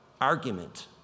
argument